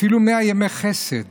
אפילו 100 ימי חסד